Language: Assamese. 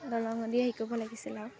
দলঙেদি হেৰি কৰিব লাগিছিল আউ